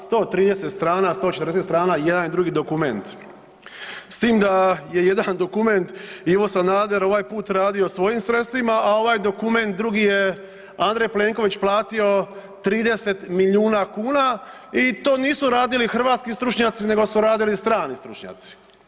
130 strana, 140 strana, jedan i drugi dokument, s time da je jedan dokument Ivo Sanader ovaj put radio svojim sredstvima, a ovaj dokument drugi je Andrej Plenković platio 30 milijuna kuna i to nisu radili hrvatski stručnjaci nego su radili strani stručnjaci.